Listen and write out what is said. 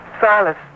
Silas